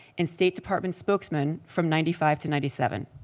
and state department spokesman from ninety five to ninety seven.